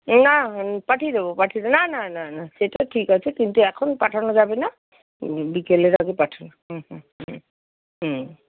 না পাঠিয়ে দেবো পাঠিয়ে দেবো না না না সেটা ঠিক আছে কিন্তু এখন পাঠানো যাবে না বিকেলের আগে পাঠিয়ে দেবো হুম হুম হুম হুম